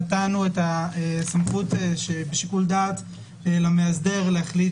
נתנו את הסמכות ושיקול הדעת למאסדר להחליט